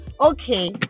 Okay